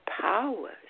powers